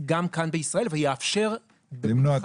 גם כאן בישראל, ויאפשר --- למנוע את השריפה.